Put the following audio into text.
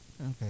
Okay